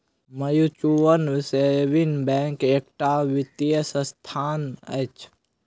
mutual saving bank एकटा वित्तीय संस्था अछि